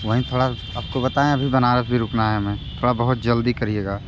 वहीं थोड़ा आपको बताए अभी बनारस भी रुकना है हमें थोड़ा बहुत जल्दी करिएगा